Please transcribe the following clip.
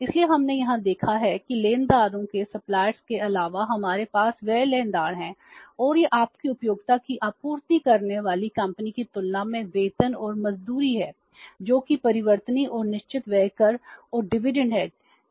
और यह आसानी से फर्म को उपलब्ध है इसलिए डिविडेंड हैं